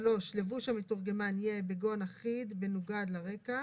(3)לבוש המתורגמן יהיה בגון אחיד מנוגד לרקע,